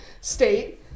State